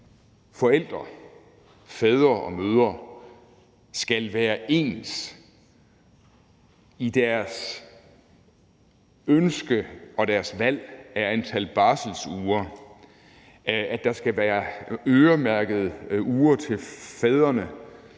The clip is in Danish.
forældre, fædre og mødre, skal være ens i forhold til deres ønsker og deres valg af antal barselsuger, at der skal være øremærkede uger til fædrene,